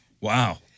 Wow